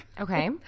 Okay